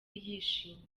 yishimiye